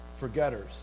forgetters